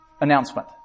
announcement